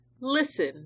Listen